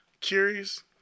Curious